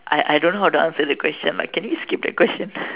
I I don't know how to answer the question lah can you skip the question